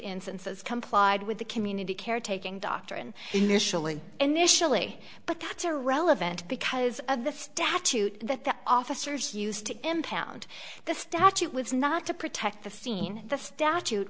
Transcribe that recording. instances complied with the community caretaking doctrine initially initially but that's irrelevant because of the statute that the officers used to impound the statute was not to protect the scene the statute